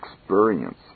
experience